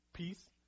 Peace